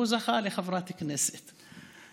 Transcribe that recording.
הוא זכה בחברת כנסת.